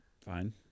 Fine